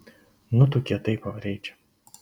nu tu kietai pavarei čia